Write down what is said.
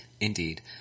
Indeed